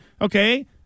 Okay